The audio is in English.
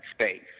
space